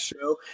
show